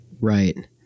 Right